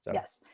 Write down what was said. so yes.